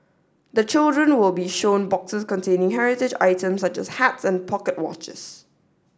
the children will be shown boxes containing heritage items such as hats and pocket watches